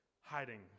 hiding